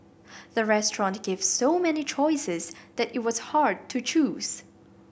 the restaurant gave so many choices that it was hard to choose